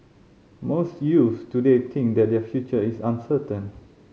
most youth today think that their future is uncertain